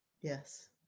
Yes